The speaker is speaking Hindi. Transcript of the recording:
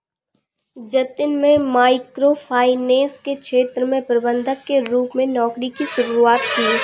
जतिन में माइक्रो फाइनेंस के क्षेत्र में प्रबंधक के रूप में नौकरी की शुरुआत की